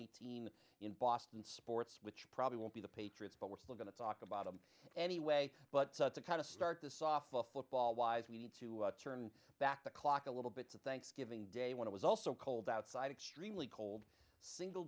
eighteen in boston sports which probably will be the patriots but we're still going to talk about a anyway but it's a kind of start the softball football wise we need to turn back the clock a little bit to thanksgiving day when it was also cold outside extremely cold single